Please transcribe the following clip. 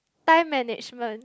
time management